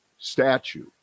statue